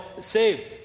saved